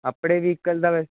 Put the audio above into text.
ਆਪਣੇ ਵਹੀਕਲ ਦਾ ਵੈਸ